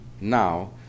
now